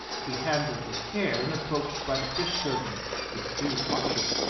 to be handled with care and approached by the fish-servants with due caution.